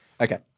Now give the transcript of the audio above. Okay